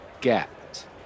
get